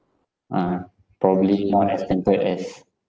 ah probably not as pampered as